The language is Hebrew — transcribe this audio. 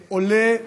עולה,